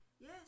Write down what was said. Yes